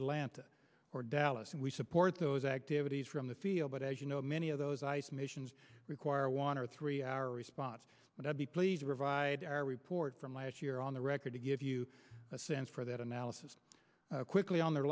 atlanta or dallas and we support those activities from the field but as you know many of those ice missions require a water three hour response but i'd be pleased provide our report from last year on the record to give you a sense for that analysis quickly on the